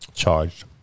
Charged